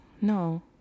no